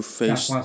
face